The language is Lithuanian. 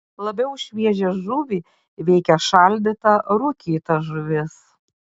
labiau už šviežią žuvį veikia šaldyta rūkyta žuvis